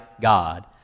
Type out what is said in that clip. God